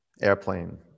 Airplane